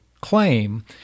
claim